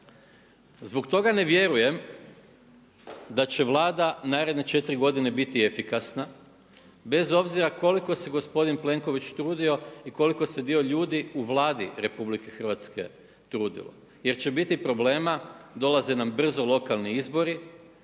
Zbog toga ne vjerujem da će Vlada naredne 4 godine biti efikasna bez obzira koliko se gospodin Plenković trudio i koliko se dio ljudi u Vladi Republike Hrvatske trudilo jer će biti problema. Dolaze nam brzo lokalni izbori,